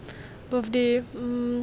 birthday mm